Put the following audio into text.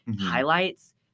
highlights